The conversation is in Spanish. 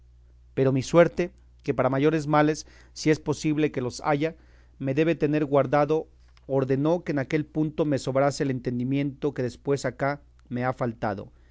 pero mi suerte que para mayores males si es posible que los haya me debe tener guardado ordenó que en aquel punto me sobrase el entendimiento que después acá me ha faltado